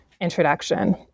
introduction